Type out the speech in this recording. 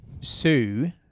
Sue